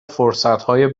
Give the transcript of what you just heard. فرصتهای